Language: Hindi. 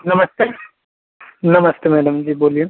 नमस्ते नमस्ते मैडम जी बोलिए